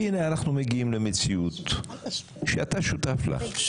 והינה, אנחנו מגיעים למציאות שאתה שותף לה.